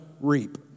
reap